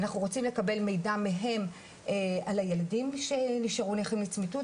אנחנו רוצים לקבל מידע מהם על הילדים שנשארו נכים לצמיתות,